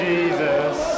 Jesus